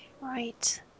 right